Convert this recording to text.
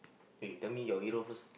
eh tell me your hero first